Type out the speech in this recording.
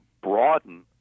broaden